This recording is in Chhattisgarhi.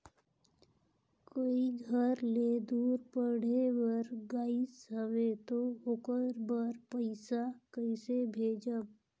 कोई घर ले दूर पढ़े बर गाईस हवे तो ओकर बर पइसा कइसे भेजब?